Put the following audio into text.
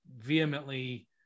vehemently